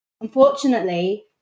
Unfortunately